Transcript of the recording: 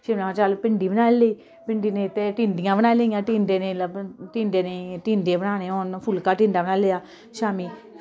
शिमला मर्च भिंडी बनाई लेई भिंडी नेईं ते टिंडियां बनाई लेइयां टिंडे नेईं लब्बन टिंडे नेईं टिंडे बनाने होन फुल्का टिंडा बनाई लेआ शाम्मीं